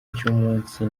cy’umunsi